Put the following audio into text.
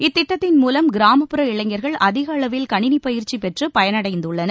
இத்திட்டத்தின் மூலம் கிராமப்புற இளைஞர்கள் அதிக அளவில் கணினிப் பயிற்சி பெற்று பயனடைந்துள்ளனர்